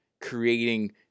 creating